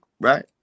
right